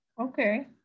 okay